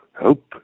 hope